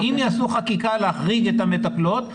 אם יעשו חקיקה להחריג את המטפלות,